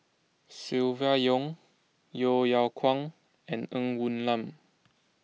Silvia Yong Yeo Yeow Kwang and Ng Woon Lam